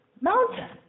mountain